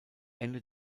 ende